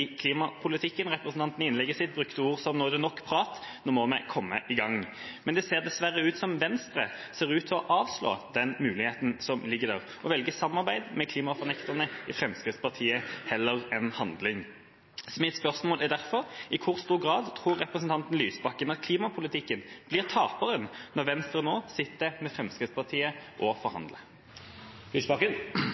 klimapolitikken. I innlegget sitt brukte representanten ord som at nå er det nok prat, nå må vi komme i gang. Men dessverre ser Venstre ut til å avslå den muligheten som ligger der, og velger samarbeid med klimafornekterne i Fremskrittspartiet heller enn handling. Mitt spørsmål er derfor: I hvor stor grad tror representanten Lysbakken at klimapolitikken blir taperen når Venstre nå sitter med Fremskrittspartiet og forhandler?